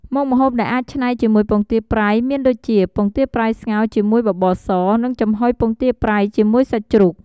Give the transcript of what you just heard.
មុខម្ហូបដែលអាចច្នៃជាមួយពងទាប្រៃមានដូចជា ពងទាប្រៃស្ងោរជាមួយបបរស និងចំហុយពងទាប្រៃជាមួយសាច់ជ្រូក។